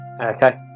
Okay